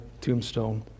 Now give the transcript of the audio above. tombstone